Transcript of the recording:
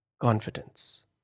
Confidence